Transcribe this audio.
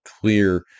clear